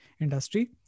industry